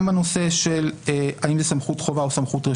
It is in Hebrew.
זה בא לידי ביטוי גם בשאלה האם זה סמכות חובה או סמכות רשות.